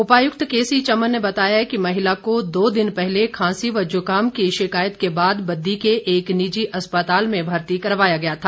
उपायुक्त केसी चमन ने बताया कि महिला को दो दिन पहले खांसी व जुकाम की शिकायत के बाद बद्दी के एक निजी अस्पताल में भर्ती करवाया गया था